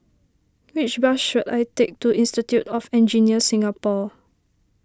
which bus should I take to Institute of Engineers Singapore